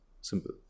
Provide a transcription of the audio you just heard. simple